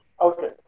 Okay